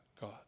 God